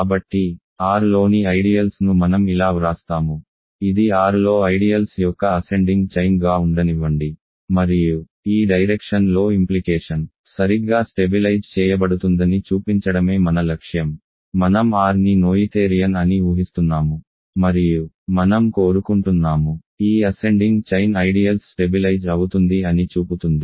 కాబట్టి R లోని ideals ను మనం ఇలా వ్రాస్తాము ఇది R లో ఐడియల్స్ యొక్క అసెండింగ్ చైన్ గా ఉండనివ్వండి మరియు ఈ డైరెక్షన్ లో ఇంప్లికేషన్ సరిగ్గా స్టెబిలైజ్ చేయబడుతుందని చూపించడమే మన లక్ష్యం మనం R ని నోయిథేరియన్ అని ఊహిస్తున్నాము మరియు మనం కోరుకుంటున్నాము ఈ అసెండింగ్ చైన్ ఐడియల్స్ స్టెబిలైజ్ అవుతుంది అని చూపుతుంది